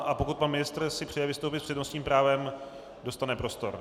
A pokud pan ministr si přeje vystoupit s přednostním právem, dostane prostor.